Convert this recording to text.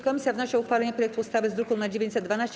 Komisja wnosi o uchwalenie projektu ustawy z druku nr 912.